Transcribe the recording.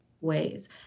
ways